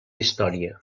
història